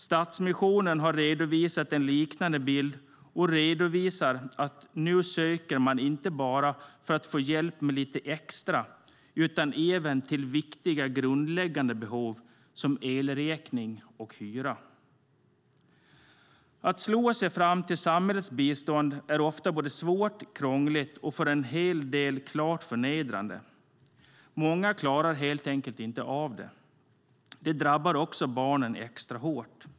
Stadsmissionen har redovisat en liknande bild och redovisar att man nu söker inte bara för att få hjälp med lite extra utan även för att täcka så viktiga grundläggande behov som att kunna betala elräkning och hyra. Att slå sig fram till samhällets bistånd är ofta både svårt och krångligt och för en hel del också klart förnedrande. Många klarar helt enkelt inte av detta. Det här drabbar barnen extra hårt.